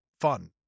fun